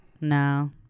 no